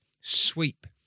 sweep